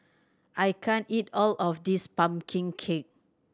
I can't eat all of this pumpkin cake